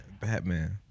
Batman